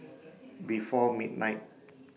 before midnight